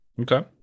Okay